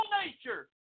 nature